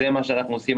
זה מה שאנחנו עושים,